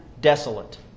desolate